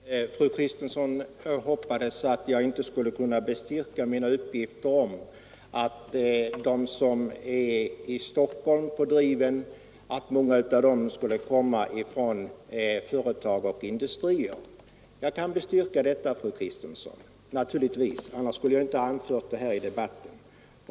Herr talman! Fru Kristensson hoppades att jag inte skulle kunna bestyrka de uppgifter jag lämnade om att många av dem som är ”på driven” i Stockholm skulle komma från företag och industrier. Jag kan naturligtvis bestyrka dem, fru Kristensson, annars skulle jag inte ha anfört dem i debatten.